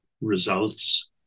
results